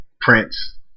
Prince